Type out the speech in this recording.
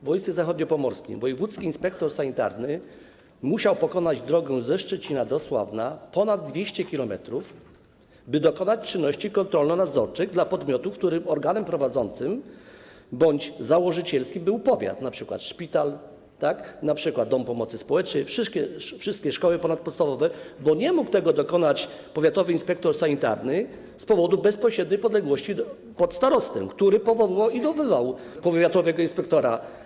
W województwie zachodniopomorskim wojewódzki inspektor sanitarny musiał pokonać drogę ze Szczecina do Sławna, ponad 200 km, by dokonać czynności kontrolno-nadzorczej dla podmiotów, których organem prowadzącym bądź założycielskim był powiat, np. szpital, dom pomocy społecznej, wszystkie szkoły ponadpodstawowe, bo nie mógł tego dokonać powiatowy inspektor sanitarny z powodu bezpośredniej podległości pod starostę, który powoływał i odwoływał powiatowego inspektora.